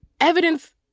Evidence